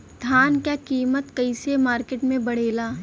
धान क कीमत कईसे मार्केट में बड़ेला?